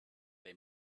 they